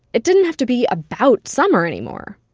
it didn't have to be about summer anymore.